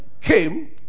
came